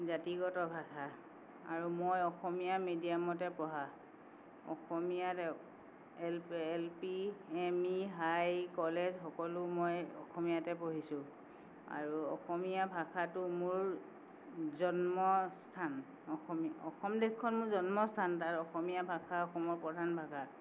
জাতিগত ভাষা আৰু মই অসমীয়া মিডিয়ামতে পঢ়া অসমীয়াত L L P M E high college সকলো মই অসমীয়াতে পঢ়িছোঁ আৰু অসমীয়া ভাষাটো মোৰ জন্মস্থান অসমীয়া অসম দেশখন মোৰ জন্মস্থান তাৰ অসমীয়া ভাষা অসমৰ প্ৰধান ভাষা